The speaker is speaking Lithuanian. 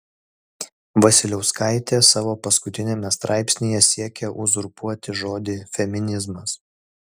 vasiliauskaitė savo paskutiniame straipsnyje siekia uzurpuoti žodį feminizmas